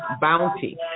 bounty